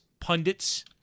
pundits